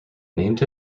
named